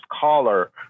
caller